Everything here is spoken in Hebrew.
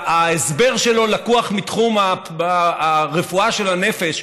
שההסבר שלו לקוח מתחום הרפואה של הנפש,